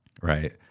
Right